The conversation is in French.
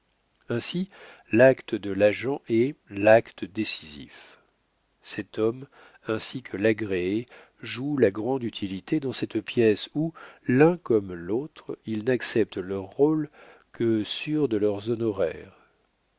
ainsi l'acte de l'agent est l'acte décisif cet homme ainsi que l'agréé joue la grande utilité dans cette pièce où l'un comme l'autre ils n'acceptent leur rôle que sûrs de leurs honoraires